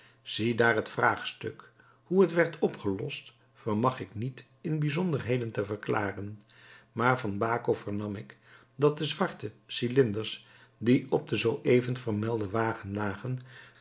ziedaar het vraagstuk hoe het werd opgelost vermag ik niet in bijzonderheden te verklaren maar van baco vernam ik dat de zwarte cylinders die op den zoo even vermelden wagen lagen